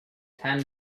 ten